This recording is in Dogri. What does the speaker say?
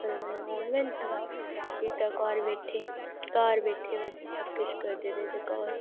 कन्नै होन गै नेईं इत्ते घर बैठे दे घर बैठे दे बच्चे सबकिश करदे रेह् घर